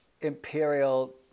imperial